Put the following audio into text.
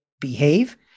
Behave